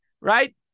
right